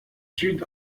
sud